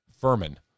Furman